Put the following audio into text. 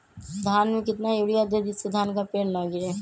धान में कितना यूरिया दे जिससे धान का पेड़ ना गिरे?